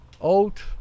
oat